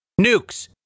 nukes